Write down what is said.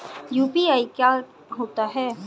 UPI क्या होता है?